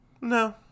No